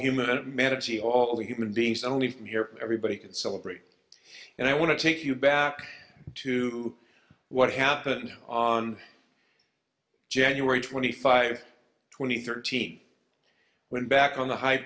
human manatee all of human beings and only here everybody can celebrate and i want to take you back to what happened on january twenty five twenty thirteen when back on the high